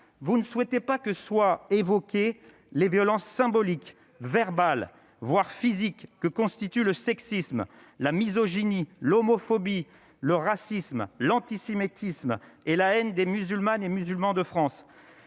vous ne souhaitez pas que soit évoqué les violences symboliques verbales, voire physiques que constitue le sexisme et la misogynie, l'homophobie, le racisme, l'antisémitisme et la haine des musulmanes et musulmans de France,